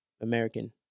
American